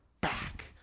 back